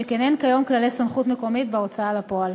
שכן אין כיום כללי סמכות מקומית בהוצאה לפועל.